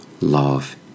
love